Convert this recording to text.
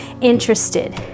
interested